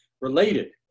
related